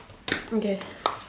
okay